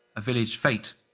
a village fete!